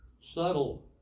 Subtle